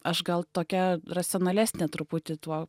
aš gal tokia racionalesnė truputį tuo